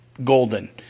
golden